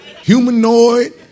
humanoid